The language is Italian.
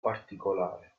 particolare